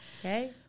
Okay